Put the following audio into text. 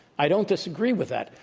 i don't disagree with that.